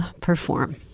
perform